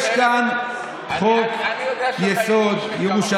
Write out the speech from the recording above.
אני קורא